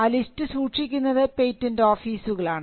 ആ ലിസ്റ്റ് സൂക്ഷിക്കുന്നത് പേറ്റന്റ് ഓഫീസുകളാണ്